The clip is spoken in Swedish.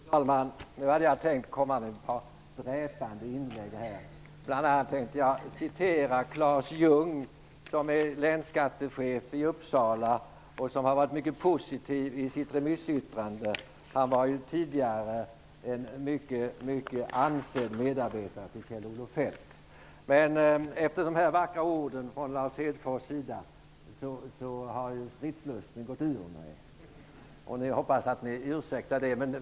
Fru talman! Nu hade jag tänkt komma med ett par dräpande inlägg. Bl.a. tänkte jag citera Claes Ljungh som är länsskattechef i Uppsala och som har varit mycket positiv i sitt remissyttrande. Han var tidigare en mycket ansedd medarbetare till Men efter de vackra orden från Lars Hedfors sida har stridslusten gått ur mig. Jag hoppas att ni ursäktar det.